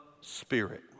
Spirit